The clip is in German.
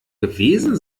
gewesen